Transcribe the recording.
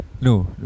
No